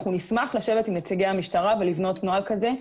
נשמח לשבת עם נציגי המשטרה ולבנות נוהל כזה.